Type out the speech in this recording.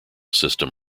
system